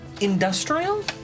industrial